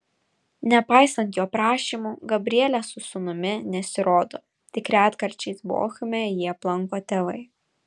nepaisant jo prašymų gabrielė su sūnumi nesirodo tik retkarčiais bochume jį aplanko tėvai